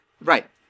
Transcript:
right